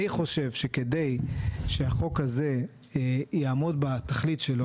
אני חושב שכדי שהחוק הזה יעמוד בתכלית שלו,